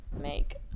make